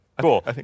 Cool